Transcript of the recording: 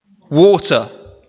water